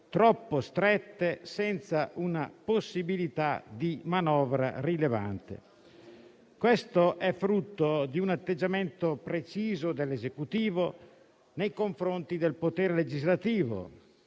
troppo strette, senza una possibilità di manovra rilevante. Ciò è frutto di un atteggiamento preciso dell'Esecutivo nei confronti del potere legislativo,